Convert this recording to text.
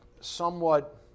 somewhat